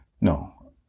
no